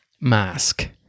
Mask